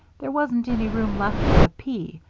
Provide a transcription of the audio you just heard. there wasn't any room left for the p,